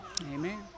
Amen